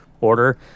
order